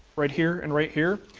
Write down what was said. right here and right here?